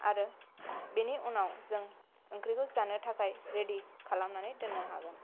आरो बेनि उनाव जों ओंख्रिखौ जानो थाखाय रेदि खालामनानै दोननो हागोन